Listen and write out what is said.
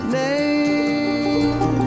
name